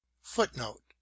Footnote